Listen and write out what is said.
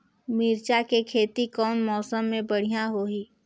मिरचा के खेती कौन मौसम मे बढ़िया होही?